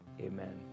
amen